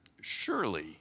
Surely